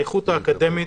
האיכות האקדמית,